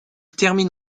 termine